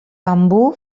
bambú